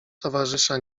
towarzysza